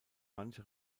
manche